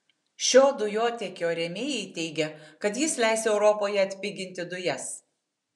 šio dujotiekio rėmėjai teigia kad jis leis europoje atpiginti dujas